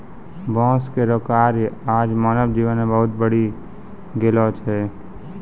बांस केरो कार्य आज मानव जीवन मे बहुत बढ़ी गेलो छै